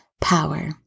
power